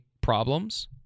problems